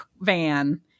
van